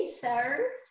sir